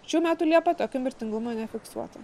šių metų liepą tokio mirtingumo nefiksuota